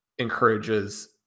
encourages